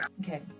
Okay